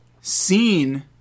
seen